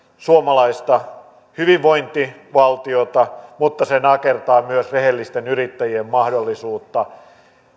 suomalaista hyvinvointivaltiota mutta se nakertaa myös rehellisten yrittäjien mahdollisuutta